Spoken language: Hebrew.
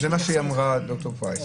זה מה שאמרה ד"ר פרייס.